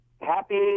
Happy